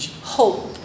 hope